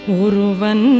uruvan